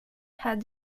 had